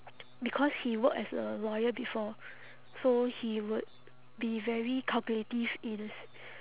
because he worked as a lawyer before so he would be very calculative in a s~